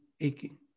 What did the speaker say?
aching